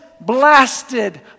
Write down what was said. blasted